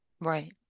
Right